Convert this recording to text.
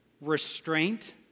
restraint